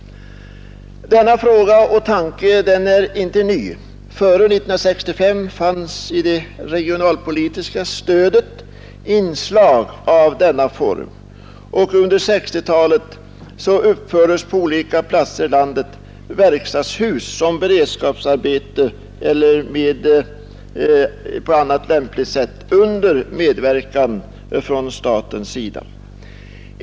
Denna fråga och tanke är inte ny. Före 1965 fanns i det regionalpolitiska stödet inslag av denna form och under 1960-talet uppfördes på olika platser i landet verkstadshus som beredskapsarbete eller på annat lämpligt sätt under medverkan från statens sida.